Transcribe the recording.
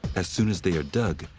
as soon as they are dug,